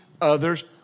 others